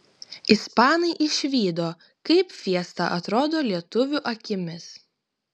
ispanai išvydo kaip fiesta atrodo lietuvių akimis